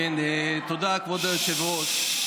תודה, כבוד היושב-ראש.